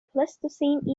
pleistocene